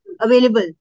available